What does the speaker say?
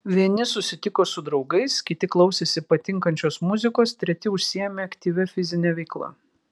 vieni susitiko su draugais kiti klausėsi patinkančios muzikos treti užsiėmė aktyvia fizine veikla